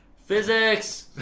physics!